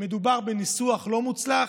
מדובר בניסוח לא מוצלח,